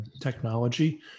technology